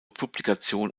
publikation